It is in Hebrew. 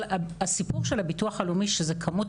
אבל הסיפור של הביטוח הלאומי שזה כמות